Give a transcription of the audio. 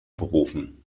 berufen